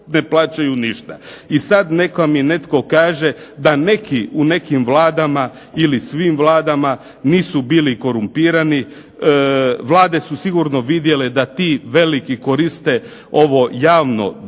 I sad neka mi netko kaže da neki u nekim vladama ili svim vladama nisu bili korumpirani. Vlade su sigurno vidjele da ti veliki koriste ovo javno dobro.